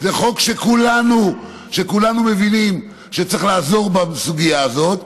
זה חוק שכולנו מבינים שצריך לעזור בסוגיה הזאת,